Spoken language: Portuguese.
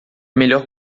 melhor